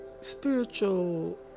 spiritual